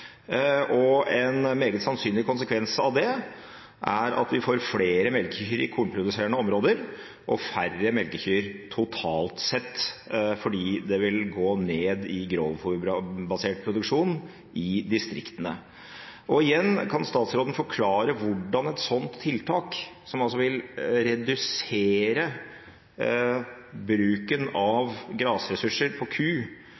En meget sannsynlig konsekvens av det er at vi får flere melkekyr i kornproduserende områder og færre melkekyr totalt sett, fordi grovfôrbasert produksjon i distriktene vil gå ned. Igjen: Kan statsråden forklare hvordan et sånt tiltak – som altså vil redusere bruken av grasressurser på